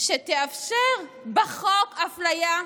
שתאפשר בחוק אפליה,